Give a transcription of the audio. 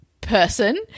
person